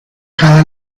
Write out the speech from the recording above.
cada